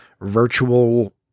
virtual